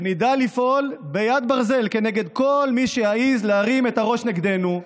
ונדע לפעול ביד ברזל כנגד כל מי שיעז להרים את הראש נגדנו.